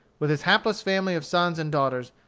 with his hapless family of sons and daughters,